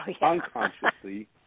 unconsciously